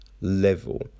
level